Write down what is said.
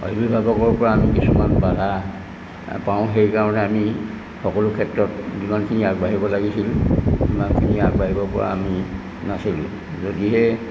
অভিভাৱকৰ পৰা আমি কিছুমান বাধা পাওঁ সেইকাৰণে আমি সকলো ক্ষেত্ৰত যিমানখিনি আগবাঢ়িব লাগিছিল সিমানখিনি আগবাঢ়িব পৰা আমি নাছিলোঁ যদিহে